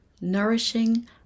nourishing